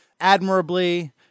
admirably